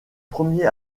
premier